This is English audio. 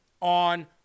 on